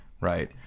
right